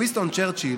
וינסטון צ'רצ'יל